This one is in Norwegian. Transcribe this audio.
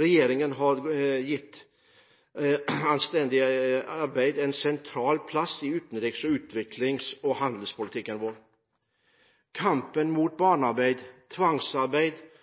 regjeringen har gitt anstendig arbeid en sentral plass i utenriks-, utviklings- og handelspolitikken vår. Kampen mot barnearbeid, tvangsarbeid